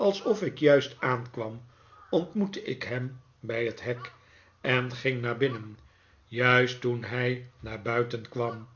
alsof ik juist aankwam ontmoette ik hem bij het hek en ging naar binnen juist toen hij naar buiten kwam